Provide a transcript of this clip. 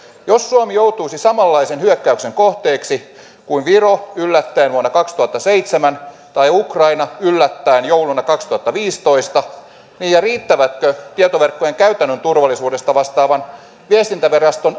jos suomi joutuisi samanlaisen hyökkäyksen kohteeksi kuin viro yllättäin vuonna kaksituhattaseitsemän tai ukraina yllättäin jouluna kaksituhattaviisitoista riittävätkö tietoverkkojen käytännön turvallisuudesta vastaavan viestintäviraston